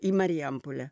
į marijampolę